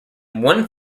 one